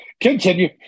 continue